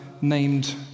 named